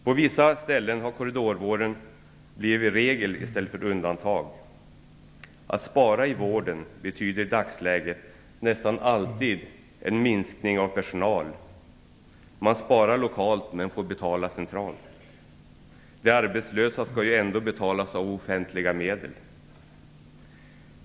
På vissa ställen har korridorvården blivit regel i stället för undantag. Att spara inom vården betyder i dagsläget nästan alltid en minskning av personal. Man sparar lokalt men får betala centralt. De arbetslösa skall ju ändå betalas med offentliga medel.